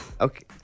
Okay